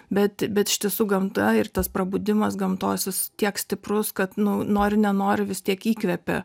bet bet iš tiesų gamta ir tas prabudimas gamtos jis tiek stiprus kad nu nori nenori vis tiek įkvepia